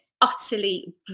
utterly